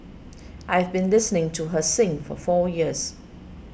I have been listening to her sing for four years